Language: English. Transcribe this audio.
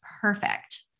perfect